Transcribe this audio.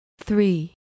three